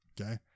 Okay